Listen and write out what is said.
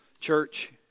church